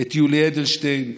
יולי אדלשטיין,